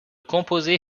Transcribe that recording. composés